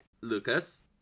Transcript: Lucas